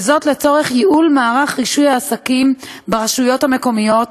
לצורך ייעול מערך רישוי העסקים ברשויות המקומיות